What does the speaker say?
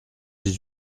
dix